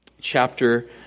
chapter